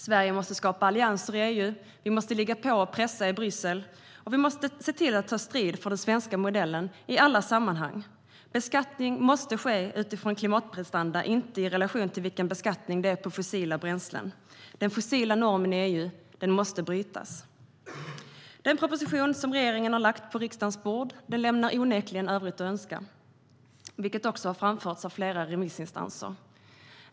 Sverige måste skapa allianser i Europa, vi måste ligga på och pressa i Bryssel och vi måste se till att ta strid för den svenska modellen i alla sammanhang. Beskattning måste ske utifrån klimatprestanda, inte i relation till vilken beskattning det är på fossila bränslen. Den fossila normen i EU måste brytas. Den proposition som regeringen har lagt på riksdagens bord lämnar onekligen en del övrigt att önska, vilket också har framförts av flera remissinstanser.